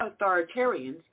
Authoritarians